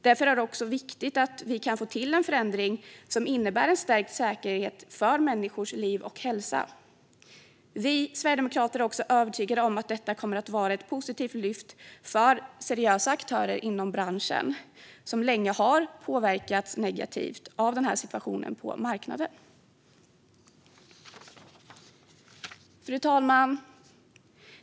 Därför är det viktigt att vi kan få till en förändring som innebär en stärkt säkerhet för människors liv och hälsa. Vi sverigedemokrater är också övertygade om att detta kommer att vara ett lyft för seriösa aktörer inom branschen, som länge har påverkats negativt av den här situationen på marknaden. Fru talman!